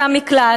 מבקשי המקלט,